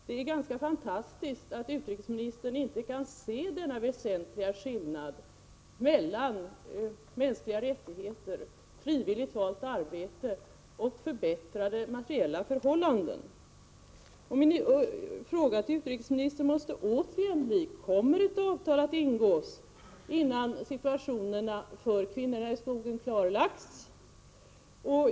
Det är ganska fantastiskt att utrikesministern inte kan se den väsentliga skillnaden mellan mänskliga rättigheter — frivilligt valt arbete — och förbättrade materiella förhållanden. Min fråga till utrikesministern måste återigen bli: Kommer ett avtal att ingås innan situationen för kvinnorna i skogen klarlagts?